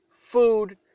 food